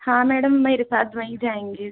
हाँ मैडम मेरे साथ वहीं जाएंगी